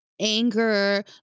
anger